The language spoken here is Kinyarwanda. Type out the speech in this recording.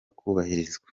kubahirizwa